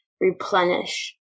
replenish